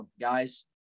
guys